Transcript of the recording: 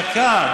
דקה.